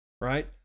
right